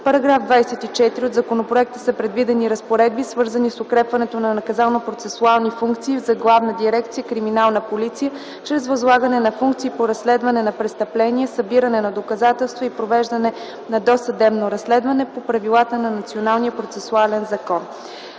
В § 24 от законопроекта са предвидени разпоредби, свързани с укрепване на наказателно-процесуалните функции за Главна дирекция „Криминална полиция” чрез възлагане на функции по разследване на престъпления (събиране на доказателства и провеждане на досъдебно разследване) по правилата на